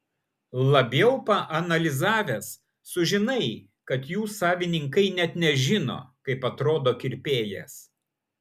labiau paanalizavęs sužinai kad jų savininkai net nežino kaip atrodo kirpėjas